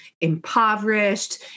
impoverished